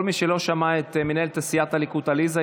כל מי שלא שמע את מנהלת סיעת הליכוד עליזה,